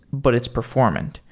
but it's performant.